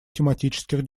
тематических